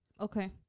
Okay